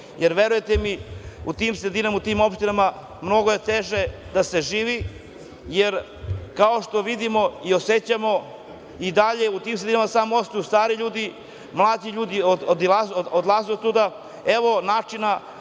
jer verujte mi, u tim sredinama, u tim opštinama, mnogo je teže da se živi, jer kao što vidimo i osećamo, i dalje u tim sredinama samo ostaju stari ljudi, mladi ljudi odlaze odatle. Evo načina